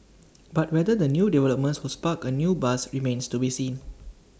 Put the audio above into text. but whether the new developments was spark A new buzz remains to be seen